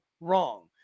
wrong